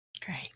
Great